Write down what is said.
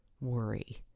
worry